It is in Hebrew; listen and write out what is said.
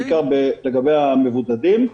בעיקר לגבי המבודדים.